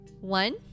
One